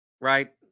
right